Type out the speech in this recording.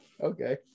Okay